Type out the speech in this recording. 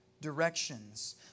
directions